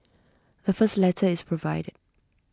the first letter is provided